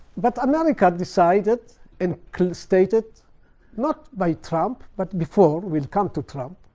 but america decided and stated not by trump, but before. we'll come to trump.